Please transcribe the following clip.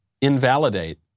invalidate